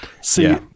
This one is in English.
See